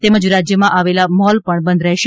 તેમજ રાજ્યમાં આવેલા મોલ પણ બંધ રહેશે